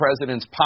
president's